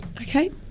Okay